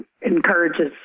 encourages